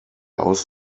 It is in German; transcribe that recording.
aus